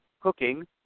cooking